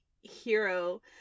hero